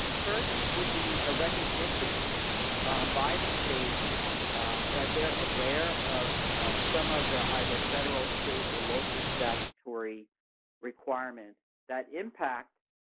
first would be a recognition by the state that they are aware of some of the either federal, state, or local statutory requirements that impact